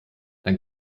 dann